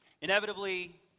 Inevitably